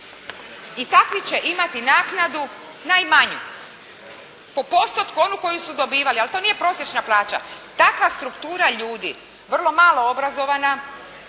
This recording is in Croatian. i takvi će imati naknadu najmanju. Po postotku onu koju su dobivali, ali to nije prosječna plaća. Takva struktura ljudi vrlo malo obrazovana